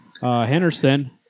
Henderson